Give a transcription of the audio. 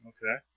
Okay